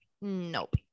nope